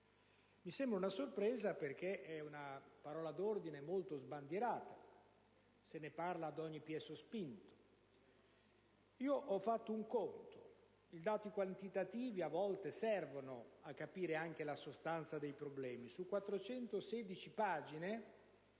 Mi sembra una sorpresa perché è una parola d'ordine molto sbandierata di cui si parla a ogni piè sospinto. Ho fatto un conto, perché a volte i dati quantitativi servono a capire anche la sostanza dei problemi. Su 416 pagine